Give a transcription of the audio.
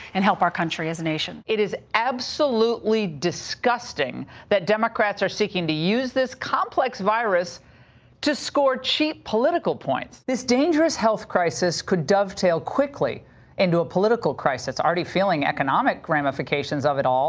and help our country as a nation. it is absolutely disgusting that democrats are seeking to use this complex virus to score cheap political points. this dangerous health crisis could dovetail quickly into a political crisis already feeling economic ramifications of it all.